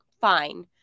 fine